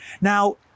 Now